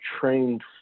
trained